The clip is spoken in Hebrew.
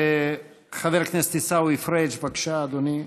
חבר הכנסת עיסאווי פריג', בבקשה, אדוני,